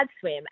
Swim